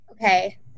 okay